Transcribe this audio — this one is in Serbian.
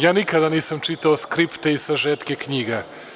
Ja nikada nisam čitao skripte i sažetke knjiga.